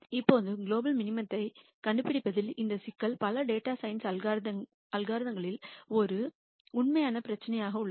இப்போது global minimum த்தைக் கண்டுபிடிப்பதில் இந்த சிக்கல் பல டேட்டா சயின்ஸ் அல்காரிதம்களில் ஒரு உண்மையான பிரச்சினையாக உள்ளது